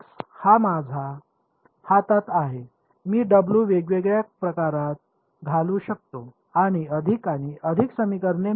हा माझ्या हातात आहे मी W वेगवेगळ्या प्रकारात घालू शकतो आणि अधिक आणि अधिक समीकरणे मिळवतो